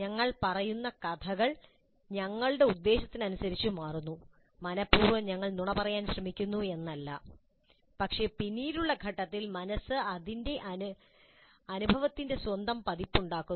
ഞങ്ങൾ പറയുന്ന കഥകൾ ഞങ്ങളുടെ ഉദ്ദേശ്യത്തിനനുസരിച്ച് മാറുന്നു മനഃപൂർവ്വം ഞങ്ങൾ നുണ പറയാൻ ശ്രമിക്കുന്നു എന്നല്ല പക്ഷേ പിന്നീടുള്ള ഘട്ടത്തിൽ മനസ്സ് അതിന്റെ അനുഭവത്തിന്റെ സ്വന്തം പതിപ്പ് ഉണ്ടാക്കുന്നു